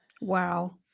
Wow